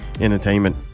Entertainment